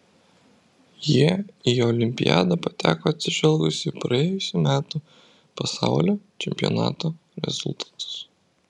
jie į olimpiadą pateko atsižvelgus į praėjusių metų pasaulio čempionato rezultatus